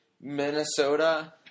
Minnesota